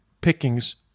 pickings